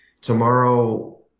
Tomorrow